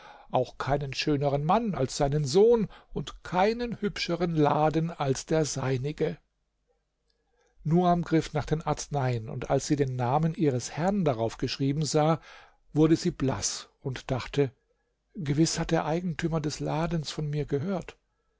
auch keinen schöneren mann als seinen sohn und keinen hübscheren laden als der seinige nuam griff nach den arzneien und als sie den namen ihres herrn darauf geschrieben sah wurde sie blaß und dachte gewiß hat der eigentümer des ladens von mir gehört